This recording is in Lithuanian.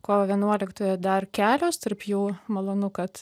kovo vienuoliktąją dar kelios tarp jų malonu kad